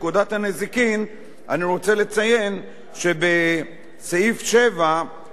אני רוצה לציין שבסעיף 7 נקבע במפורש